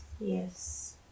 Yes